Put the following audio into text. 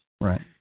Right